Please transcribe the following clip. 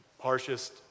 harshest